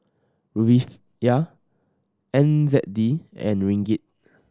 Rufiyaa N Z D and Ringgit